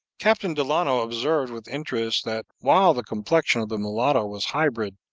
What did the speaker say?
captain delano observed with interest that while the complexion of the mulatto was hybrid,